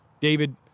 David